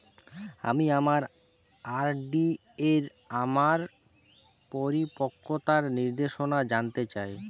আমি আমার আর.ডি এর আমার পরিপক্কতার নির্দেশনা জানতে চাই